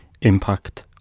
impact